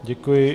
Děkuji.